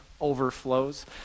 overflows